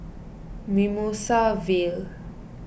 Mimosa Vale